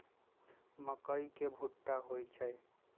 मकई के भुट्टा होई छई